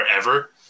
forever